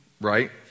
Right